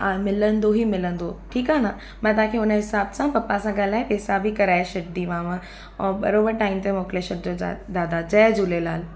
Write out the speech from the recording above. आहे मिलंदो ई मिलंदो ठीकु आहे न मां तव्हांखे हुन जे हिसाब सां पप्पा सां ॻाल्हाए पैसा बि कराए छॾींदीमांव ऐं बरोबरु टाइम ते मोकिले छॾिजो दा दादा जय झूलेलाल